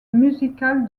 musical